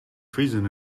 treason